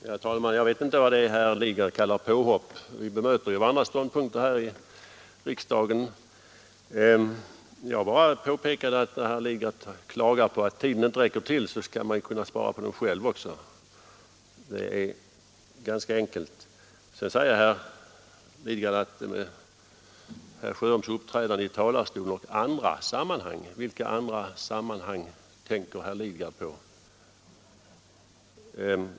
Herr talman! Jag vet inte vad det är herr Lidgard kallar för påhopp. Vi bemöter ju varandras ståndpunkter här i riksdagen. Jag bara påpekade att när herr Lidgard klagar på att tiden inte räcker till, så bör han ju ha ett ansvar för det själv också. Det är ganska enkelt. Sedan talade herr Lidgard om mitt uppträdande i denna talarstol och ”i andra sammanhang”. Vilka andra sammanhang tänker herr Lidgard på?